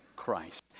Christ